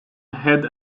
head